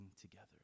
together